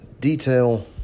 detail